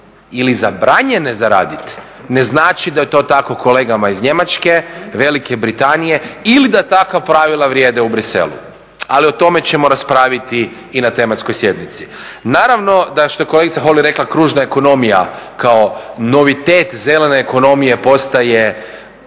ili zabranjene za raditi ne znači da je to tako kolegama iz Njemačke, Velike Britanije ili da takva pravila vrijede u Bruxellesu. Ali o tome ćemo raspraviti i na tematskoj sjednici. Naravno da što je kolegica Holy rekla kružna ekonomija kao novitet zelene ekonomije postaje